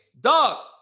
dog